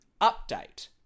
update